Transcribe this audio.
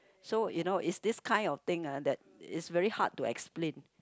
so you know it's this kind of thing ah that is very hard to explain